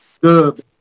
good